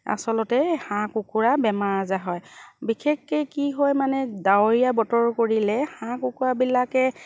আচলতে হাঁহ কুকুৰা বেমাৰ আজাৰ হয় বিশেষকে কি হয় মানে ডাৱৰীয়া বতৰ কৰিলে হাঁহ কুকুৰাবিলাকে